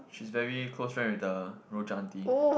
she's very close friend with the rojak aunty